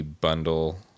bundle